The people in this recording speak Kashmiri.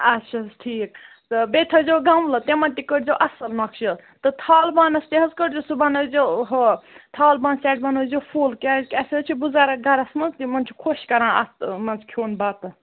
اَچھا حظ ٹھیٖک تہٕ بیٚیہِ تھٲوِزیٚو گملہٕ تِمن تہِ کٔرۍزیٚو اَصٕل نقشہٕ تہٕ تھالہٕ بانس تہِ حظ کٔرۍزیٚو سُہ بَنٲوزیٚو ہُہ تھالہٕ بانہٕ سٮ۪ٹ بَنٲوزیٚو فُل کیٛازِ کہِ اَسہِ حظ چھِ بُزرگ گَرس منٛز تِمن چھُ خۄش کَران اَتھ منٛز کھیٚون بَتہٕ